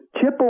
chip